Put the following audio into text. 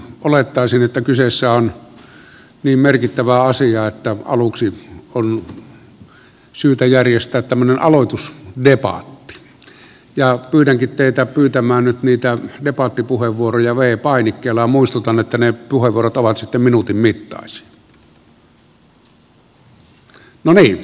olettaisin että kyseessä on niin merkittävä asia että aluksi on syytä järjestää tämmöinen aloitusdebatti ja pyydänkin teitä pyytämään nyt niitä debattipuheenvuoroja v painikkeella ja muistutan että ne puheenvuorot ovat sitten minuutin mittaisia